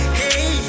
hey